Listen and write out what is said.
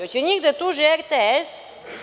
Hoće li njih da tuži RTS?